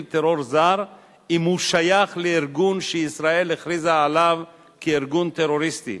טרור זר אם הוא שייך לארגון שישראל הכריזה עליו "ארגון טרוריסטי"